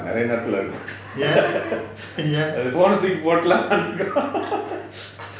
நெறய நேரதுல இருக்கும்:neraya nerathula irukum phone eh தூக்கி போட்டுறலான்டு இருக்கும்:thooki potturalaandu irukum